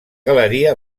galeria